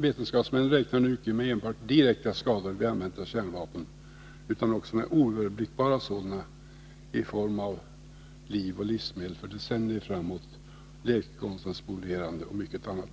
Vetenskapsmännen räknar nu icke med enbart direkta skador vid användandet av kärnvapen utan också med oöverblickbara sådana i form av liv och livsmedel för decennier framåt, läkekonstens spolierande och mycket annat,